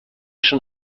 schon